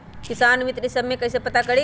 किसान मित्र ई सब मे कईसे पता करी?